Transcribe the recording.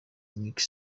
macky